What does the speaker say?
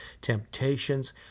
temptations